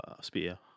spear